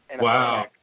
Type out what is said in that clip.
Wow